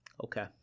Okay